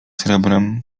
srebrem